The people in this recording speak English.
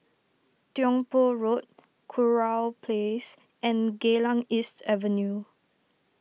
Tiong Poh Road Kurau Place and Geylang East Avenue